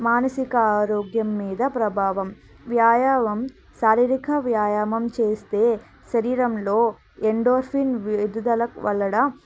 మానసిక ఆరోగ్యం మీద ప్రభావం వ్యాయామం శారీరిక వ్యాయామం చేస్తే శరీరంలో ఎండోర్ఫిన్ విడుదల వలన